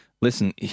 listen